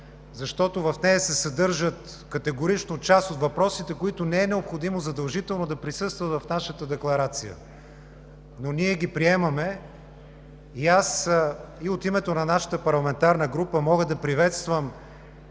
защото в нея се съдържат категорично част от въпросите, които не е необходимо задължително да присъстват в нашата декларация, но ние ги приемаме. И аз, и от името на нашата парламентарна група, мога да приветствам